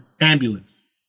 ambulance